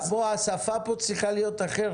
השפה פה צריכה להיות אחרת.